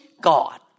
God